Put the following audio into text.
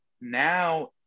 now